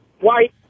white